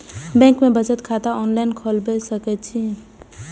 Bank में बचत खाता ऑनलाईन खोलबाए सके छी?